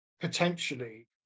potentially